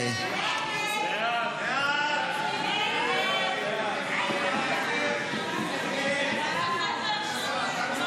ההצעה להעביר לוועדה את הצעת חוק